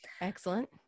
Excellent